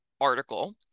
article